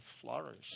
flourish